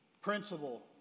Principal